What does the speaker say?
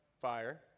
Fire